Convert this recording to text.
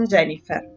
Jennifer